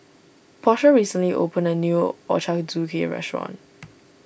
Portia recently opened a new Ochazuke restaurant